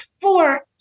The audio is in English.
four